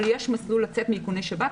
אבל יש מסלול לצאת מאיכוני שב"כ.